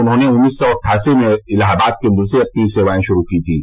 उन्होंने उन्नीस सौ अट्ठासी में इलाहाबाद केन्द्र से अपनी सेवाएं शुरू की थीं